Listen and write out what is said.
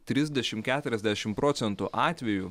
trisdešimt keturiasdešimt procentų atvejų